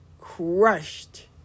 Crushed